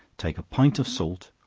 take a pint of salt,